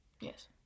Yes